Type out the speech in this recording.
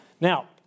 Now